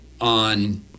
on